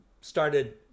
started